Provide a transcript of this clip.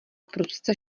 prudce